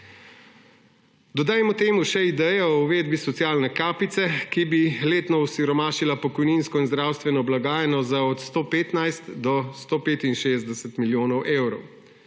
Dodajmo temu še idejo o uvedbi socialne kapice, ki bi letno osiromašila pokojninsko in zdravstveno blagajno za od 115 do 165 milijonov evrov.